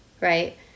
right